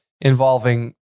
involving